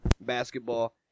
basketball